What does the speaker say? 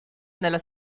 nella